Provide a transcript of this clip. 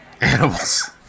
Animals